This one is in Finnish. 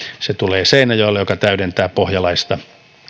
se tulee seinäjoelle se täydentää pohjalaista